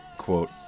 quote